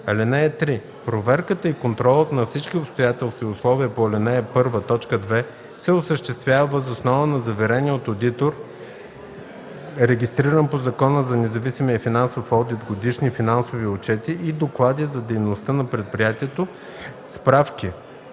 (3) Проверката и контролът на всички обстоятелства и условия по ал. 1, т. 2 се осъществява въз основа на заверени от одитор, регистриран по Закона за независимия финансов одит, годишни финансови отчети и доклади за дейността на предприятието, справки